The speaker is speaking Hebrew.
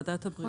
בעזרת השם,